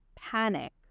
panic